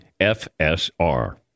FSR